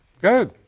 Good